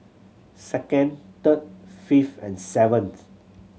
second third fifth and seventh